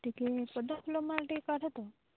ଟିକେ ପଦ୍ମଫୁଲ ମାଳ ଟିକେ କାଢ଼ ତ